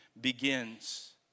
begins